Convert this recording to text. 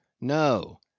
No